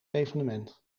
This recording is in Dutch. evenement